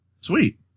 Sweet